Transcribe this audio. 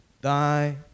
Thy